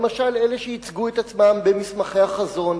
למשל אלה שייצגו את עצמם במסמכי החזון,